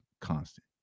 constant